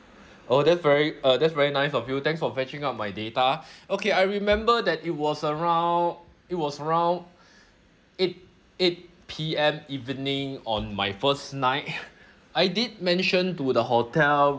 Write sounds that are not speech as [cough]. oh that's very uh that's very nice of you thanks for fetching out my data okay I remember that it was around it was around eight eight P_M evening on my first night [laughs] I did mention to the hotel